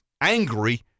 angry